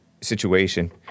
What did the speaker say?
situation